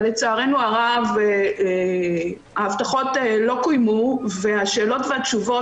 אבל לצערנו הרב ההבטחות לא קוימו והשאלות והתשובות